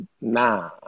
nah